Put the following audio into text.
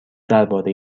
درباره